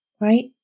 right